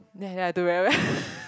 then in the end I do very bad